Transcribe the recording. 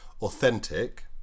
authentic